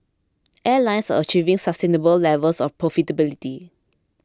airlines are achieving sustainable levels of profitability